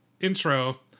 intro